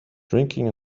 drinking